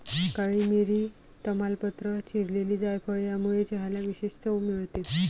काळी मिरी, तमालपत्र, चिरलेली जायफळ यामुळे चहाला विशेष चव मिळते